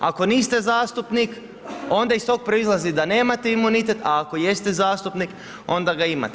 Ako niste zastupnik, onda iz tog proizlazi da nemate imunitet, a ako jeste zastupnik, onda ga imate.